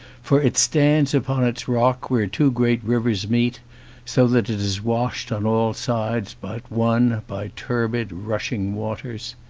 for it stands upon its rock where two great rivers meet so that it is washed on all sides but one by turbid, rushing waters.